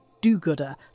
do-gooder